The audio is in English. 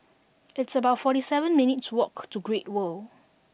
it's about forty seven minutes' walk to Great World